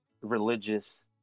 religious